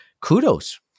Kudos